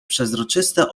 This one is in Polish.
przezroczyste